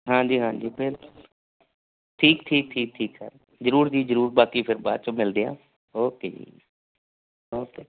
ਹਾਂਜੀ ਹਾਂਜੀ ਬਿਲਕੁਲ ਜੀ ਠੀਕ ਠੀਕ ਠੀਕ ਠੀਕ ਸਰ ਜ਼ਰੂਰ ਜੀ ਜ਼ਰੂਰ ਬਾਕੀ ਫਿਰ ਬਾਅਦ 'ਚੋਂ ਮਿਲਦੇ ਹਾਂ ਓਕੇ ਜੀ ਓਕੇ